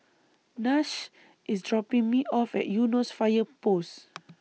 Nash IS dropping Me off At Eunos Fire Post